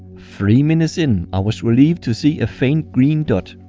three minutes in, i was relieved to see a faint green dot.